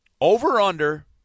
Over-under